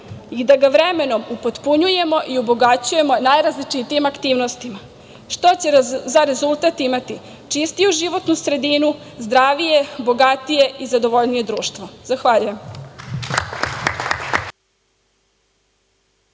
i da ga vremenom upotpunjujemo i obogaćujemo najrazličitijim aktivnostima, što će za rezultat imati čistiju životnu sredinu, zdravije i bogatije i zadovoljnije društvo. Zahvaljujem.